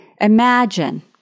Imagine